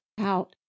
out